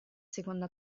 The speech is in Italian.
seconda